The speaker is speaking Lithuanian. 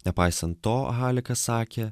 nepaisant to halikas sakė